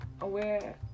aware